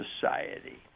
society